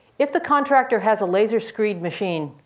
if the contractor has a laser screed machine,